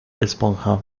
esponja